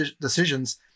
decisions